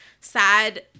sad